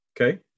Okay